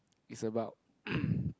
it's about